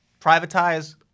privatize